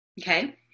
Okay